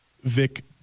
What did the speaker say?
Vic